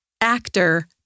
actor